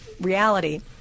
reality